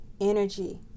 energy